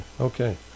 okay